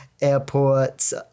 Airports